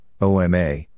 OMA